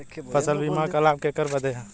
फसल बीमा क लाभ केकरे बदे ह?